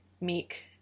meek